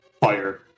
fire